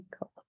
cool